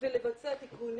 אל תיכנס